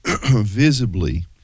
visibly